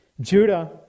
judah